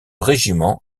régiments